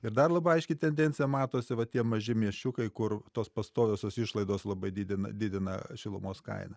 ir dar labai aiški tendencija matosi va tie maži miesčiukai kur tos pastoviosios išlaidos labai didina didina šilumos kainą